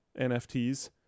NFTs